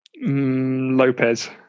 Lopez